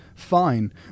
fine